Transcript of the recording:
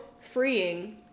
freeing